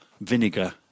Vinegar